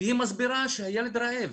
והיא מסבירה שהילד רעב,